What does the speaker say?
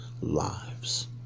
lives